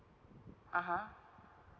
(uh huh)